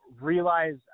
realize